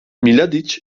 mladiç